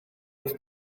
wrth